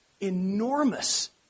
enormous